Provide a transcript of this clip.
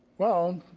well,